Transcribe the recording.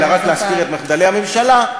אלא רק להסתיר את מחדלי הממשלה,